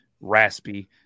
raspy